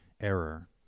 error